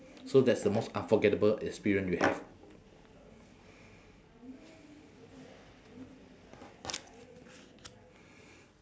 so that's the most unforgettable experience you have